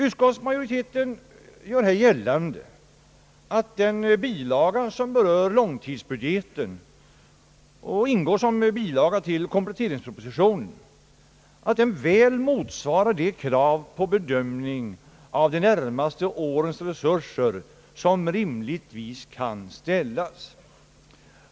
Utskottsmajoriteten gör här gällande att den bilaga, som berör långtidsbudgeten och ingår som en bilaga till kompletteringspropositionen, väl motsvarar de krav på bedömningen av de närmaste årens resurser som rimligtvis kan ställas.